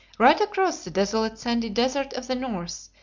right across the desolate sandy desert of the north,